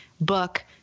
book